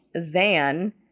Zan